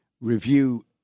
review